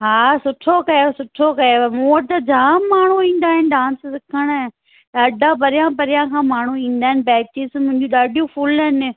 हा सुठो कयो सुठो कयो मूं वटि जाम माण्हू ईंदा आहिनि डांस सिखण ॾाढा परिया परिया खां माण्हू ईंदा आहिनि बैचिस मुंहिंजियूं ॾाढियूं फुल आहिनि